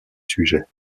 sujets